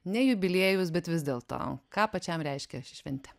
ne jubiliejus bet vis dėlto ką pačiam reiškia ši šventė